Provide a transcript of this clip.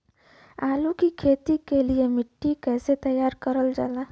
आलू की खेती के लिए मिट्टी कैसे तैयार करें जाला?